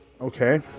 Okay